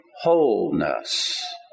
wholeness